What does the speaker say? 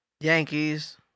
Yankees